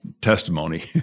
testimony